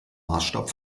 maßstab